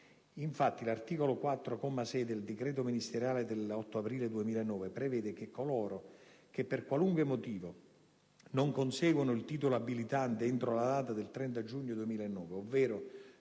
Infatti l'articolo 4, comma 6, del decreto ministeriale n. 42 dell'8 aprile 2009 prevede che «Coloro che per qualunque motivo non conseguono il titolo abilitante entro la data del 30 giugno 2009, ovvero